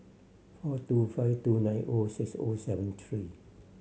four two five two nine O six O seven three